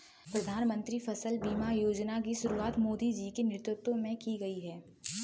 प्रधानमंत्री फसल बीमा योजना की शुरुआत मोदी जी के नेतृत्व में की गई है